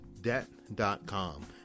Debt.com